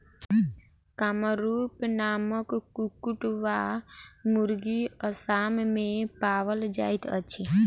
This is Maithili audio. कामरूप नामक कुक्कुट वा मुर्गी असाम मे पाओल जाइत अछि